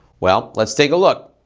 well, let's take a look.